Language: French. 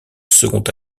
second